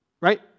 right